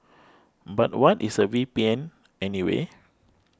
but what is a V P N anyway